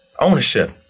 ownership